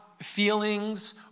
feelings